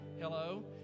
Hello